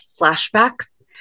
flashbacks